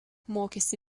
mokėsi